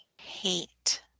hate